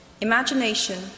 Imagination